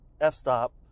f-stop